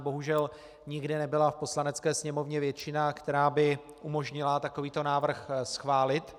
Bohužel nikdy nebyla v Poslanecké sněmovně většina, která by umožnila takovýto návrh schválit.